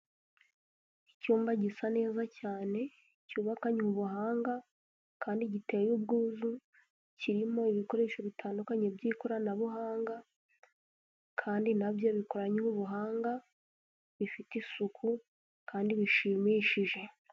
Icyumba gisa neza cyane, cyubakanye ubuhanga, kandi giteye ubwuzu, kirimo ibikoresho bitandukanye by'ikoranabuhanga, kandi nabyo bikoranye ubuhanga, bifite isuku kandi bishimishije.